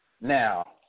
Now